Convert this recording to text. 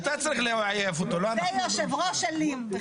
זה יושב-ראש אלים.